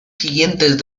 siguientes